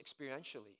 experientially